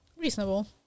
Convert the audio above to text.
Reasonable